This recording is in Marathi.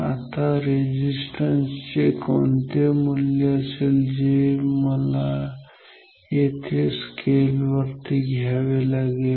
आता रेझिस्टन्स चे कोणते मूल्य असेल जे मला येथे स्केल वरती घ्यावे लागेल